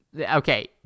Okay